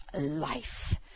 life